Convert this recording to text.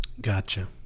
Gotcha